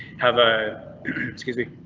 have a excuse me?